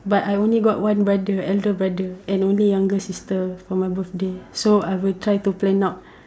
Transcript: but I only got one brother elder brother and only younger sister for my birthday so I will try to plan out